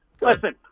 Listen